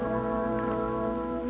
no